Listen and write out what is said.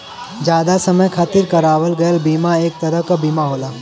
जादा समय खातिर करावल गयल बीमा एक तरह क बीमा होला